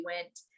went